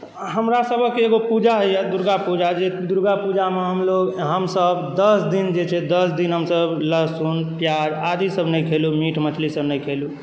हमरासभक एगो पूजा होइए दुर्गा पूजा जे दुर्गा पूजामे हमलोग हमसभ दस दिन जे छै दस दिन हमसभ लहसुन प्याज आदि सभ नहि खेलहुँ मीट मछरीसभ नहि खेलहुँ